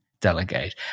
delegate